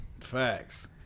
Facts